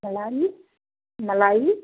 मलाई मलाई